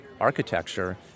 architecture